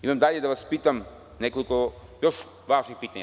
Imam dalje da vas pitam nekoliko još važnih pitanja.